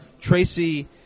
Tracy